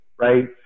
right